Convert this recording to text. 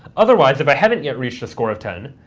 otherwise, if i haven't yet reached a score of ten,